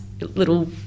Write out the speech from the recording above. little